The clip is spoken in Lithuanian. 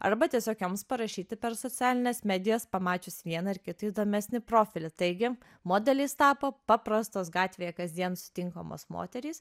arba tiesiog joms parašyti per socialines medijas pamačius vieną ar kitą įdomesnį profilį taigi modeliais tapo paprastos gatvėje kasdien sutinkamos moterys